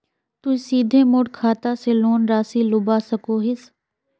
तुई सीधे मोर खाता से लोन राशि लुबा सकोहिस?